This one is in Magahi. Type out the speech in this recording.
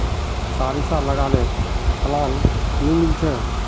सारिसा लगाले फलान नि मीलचे?